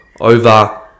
over